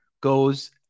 goes